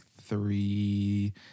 three